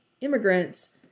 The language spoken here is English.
immigrants